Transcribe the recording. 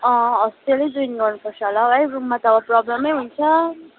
होस्टेलै जइन गर्नुपर्छ होला है रुममा त अब प्रब्लेमै हुन्छ